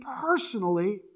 personally